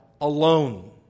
alone